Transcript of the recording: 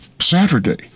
Saturday